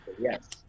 yes